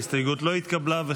ההסתייגות לא נתקבלה.